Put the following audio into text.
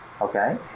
Okay